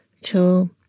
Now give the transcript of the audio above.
till